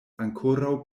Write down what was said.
ankoraŭ